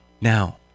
Now